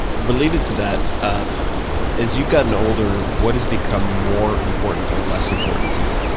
related to that, as you've gotten older, what has become more important or less important to you?